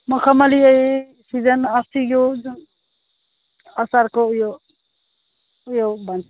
मखमली सिजन अस्ति यो जुन असारको उयो उयो भन्छ